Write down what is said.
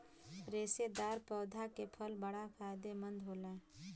रेशेदार पौधा के फल बड़ा फायदेमंद होला